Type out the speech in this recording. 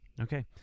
Okay